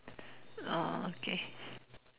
oh okay